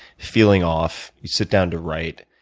feeling off, you sit down to write.